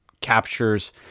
captures